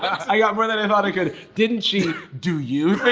i got more than i thought i could, didn't she. do you